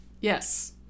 yes